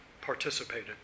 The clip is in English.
participated